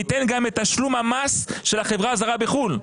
שניתן גם את תשלום המס של החברה הזרה בחוץ לארץ?